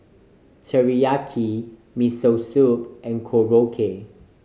Teriyaki Miso Soup and Korokke